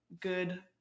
good